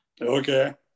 Okay